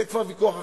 זה כבר ויכוח אחר.